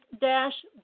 dash